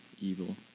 evil